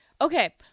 Okay